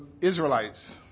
Israelites